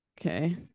Okay